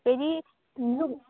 फेरि लु